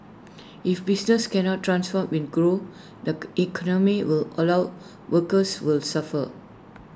if businesses cannot transform and grow the economy will allow workers will suffer